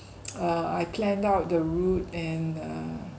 uh I planned out the route and err